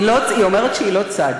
היא אומרת שהיא לא צד.